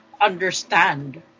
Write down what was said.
understand